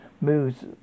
moves